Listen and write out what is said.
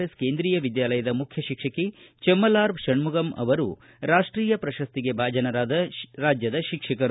S ಕೇಂದ್ರೀಯ ವಿದ್ಯಾಲಯದ ಮುಖ್ಯ ಶಿಕ್ಷಕಿ ಚೆಮ್ನಲಾರ್ ಷಣ್ನುಗಂ ಅವರು ರಾಷ್ಷೀಯ ಪ್ರಶಸ್ತಿಗೆ ಭಾಜನರಾದ ರಾಜ್ಯದ ಶಿಕ್ಷಕರು